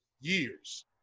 years